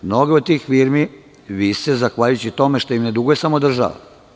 Mnoge od tih firmi vise zahvaljujući tome što im ne duguje samo država.